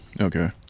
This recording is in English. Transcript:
Okay